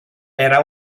era